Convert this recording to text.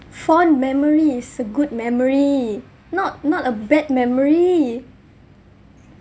fond memory is a good memory not not a bad memory